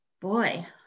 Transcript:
Boy